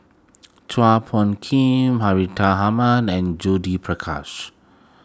Chua Phung Kim Hartinah Ahmad and Judith Prakash